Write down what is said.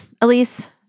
Elise